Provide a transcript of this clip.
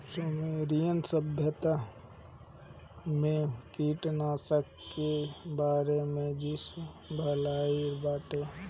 Sumerian सभ्यता में भी कीटनाशकन के बारे में ज़िकर भइल बाटे